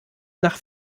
nach